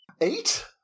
Eight